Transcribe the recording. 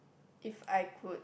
if I could